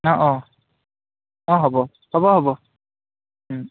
অঁ অঁ অঁ হ'ব হ'ব হ'ব